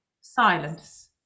silence